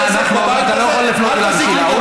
אתה לא יכול לפנות אליו בשאלה.